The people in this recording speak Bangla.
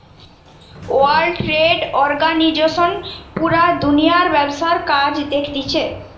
ওয়ার্ল্ড ট্রেড অর্গানিজশন পুরা দুনিয়ার ব্যবসার কাজ দেখতিছে